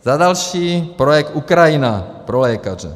Za další, projekt Ukrajina pro lékaře.